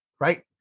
right